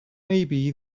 maybe